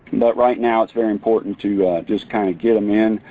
but right now it's very important to just kind of get them in.